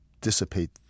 dissipate